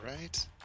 right